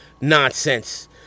nonsense